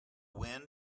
wind